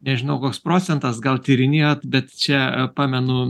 nežinau koks procentas gal tyrinėjot bet čia pamenu